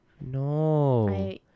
No